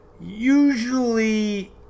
Usually